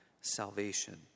salvation